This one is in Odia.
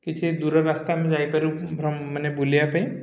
କିଛି ଦୂର ରାସ୍ତା ଆମେ ଯାଇପାରୁ ମାନେ ବୁଲିବା ପାଇଁ